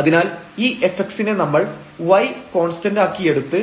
അതിനാൽ ഈ fx നെ നമ്മൾ y കോൺസ്റ്റന്റാക്കിയെടുത്ത്